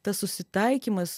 tas susitaikymas